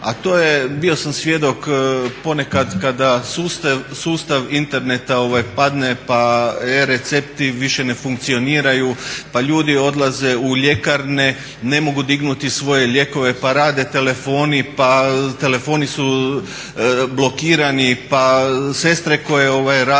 a to je, bio sam svjedok ponekad kada sustav interneta padne pa e recepti više ne funkcioniraju, pa ljudi odlaze u ljekarne, ne mogu dignuti svoje lijekove, pa rade telefoni, pa telefoni su blokirani, pa sestre koje rade